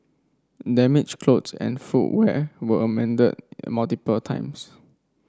damaged clothes and footwear were mended multiple times